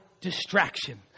distraction